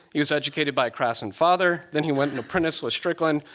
he was educated by a craftsman father. then he went and apprenticed with strickland.